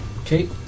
Okay